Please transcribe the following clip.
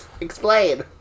Explain